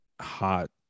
hot